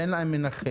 ואין להם מנחם".